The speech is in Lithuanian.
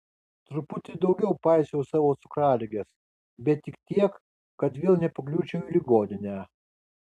truputį daugiau paisiau savo cukraligės bet tik tiek kad vėl nepakliūčiau į ligoninę